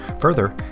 Further